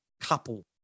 couple